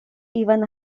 iban